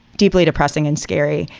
deeply depressing and scary.